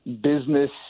business